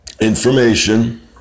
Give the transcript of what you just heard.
information